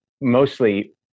mostly